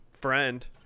friend